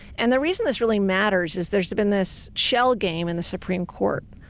and the reason this really matters is there's been this shell game in the supreme court.